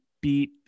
beat